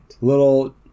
little